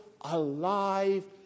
alive